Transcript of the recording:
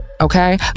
Okay